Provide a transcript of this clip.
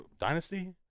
Dynasty